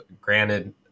Granted